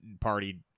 party